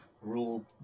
rule